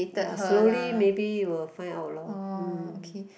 ya slowly maybe he will find out lor mm